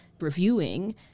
reviewing